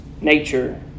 nature